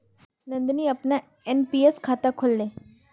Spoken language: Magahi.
नंदनी अपनार एन.पी.एस खाता खोलले